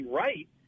right